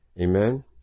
Amen